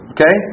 Okay